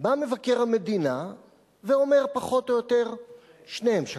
בא מבקר המדינה ואומר פחות או יותר ששניהם שקרנים.